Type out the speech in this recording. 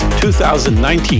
2019